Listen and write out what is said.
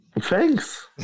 Thanks